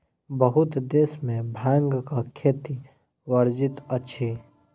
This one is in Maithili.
बहुत देश में भांगक खेती वर्जित अछि